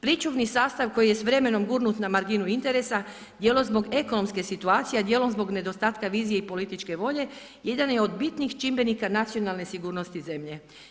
Pričuvni sastav koji je s vremenom gurnut na marginu interesa dijelom zbog ekonomske situacije, a dijelom zbog nedostatka vizije i političke volje jedan je od bitnih čimbenika nacionalne sigurnosti zemlje.